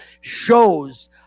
shows